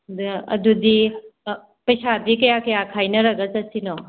ꯑꯗ ꯑꯗꯨꯗꯤ ꯄꯩꯁꯥꯗꯤ ꯀꯌꯥ ꯀꯌꯥ ꯈꯥꯏꯅꯔꯒ ꯆꯠꯁꯤꯅꯣ